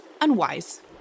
unwise